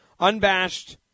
unbashed